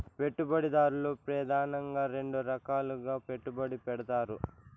పెట్టుబడిదారులు ప్రెదానంగా రెండు రకాలుగా పెట్టుబడి పెడతారు